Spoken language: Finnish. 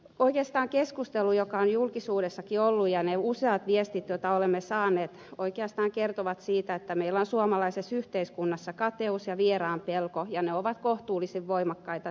oikeastaan keskustelu joka on julkisuudessakin ollut ja ne useat viestit joita olemme saaneet kertovat siitä että meillä on suomalaisessa yhteiskunnassa kateus ja vieraan pelko ja ne ovat kohtuullisen voimakkaita tekijöitä